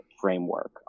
framework